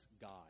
God